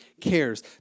cares